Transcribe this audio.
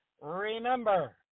remember